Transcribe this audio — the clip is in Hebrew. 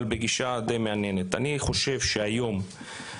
אבל די מעניינת: אני חושב שהיום,